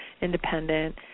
Independent